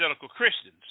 Christians